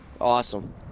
Awesome